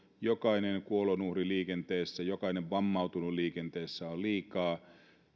jokainen kuolonuhri liikenteessä jokainen vammautunut liikenteessä on liikaa